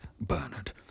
Bernard